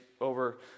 over